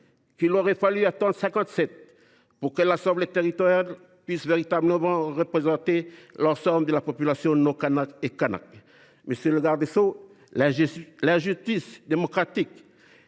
qu’il aura fallu attendre 1957 pour que l’Assemblée territoriale puisse véritablement représenter l’ensemble de la population non kanak et kanak ? Monsieur le garde des sceaux, dois je vous